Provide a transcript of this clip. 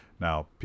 Now